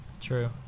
True